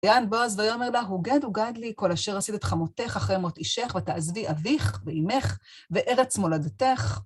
ויען בועז ואומר לה, הוגד הוגד לי כל אשר עשית את חמותך, אחרי מות אישך, ותעזבי אביך, ואימך, וארץ מולדתך.